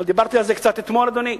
אבל דיברתי על זה קצת אתמול, אדוני.